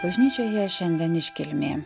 bažnyčioje šiandien iškilmė